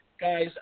guys